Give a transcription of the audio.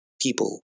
people